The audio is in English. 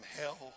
hell